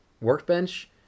workbench